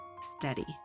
steady